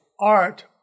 art